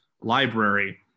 Library